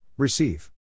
Receive